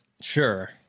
Sure